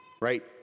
right